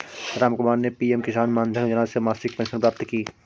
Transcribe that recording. रामकुमार ने पी.एम किसान मानधन योजना से मासिक पेंशन प्राप्त की